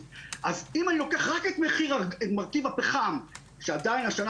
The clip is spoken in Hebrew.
אם אני לוקח רק את מרכיב הפחם שעדיין השנה